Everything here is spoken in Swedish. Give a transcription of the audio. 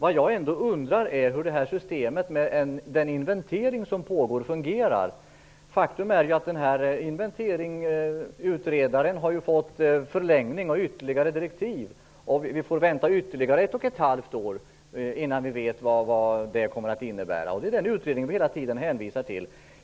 Vad jag ändå undrar är hur systemet med den pågående inventeringen fungerar. Faktum är att inventeringsutredaren har fått förlängning och ytterligare direktiv. Vi får vänta ytterligare ett och ett halvt år innan vi vet vad det kommer att innebära. Det är den utredningen som vi hela tiden hänvisar till.